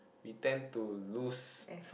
we tend to lose